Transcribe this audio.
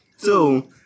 two